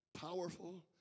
powerful